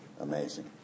amazing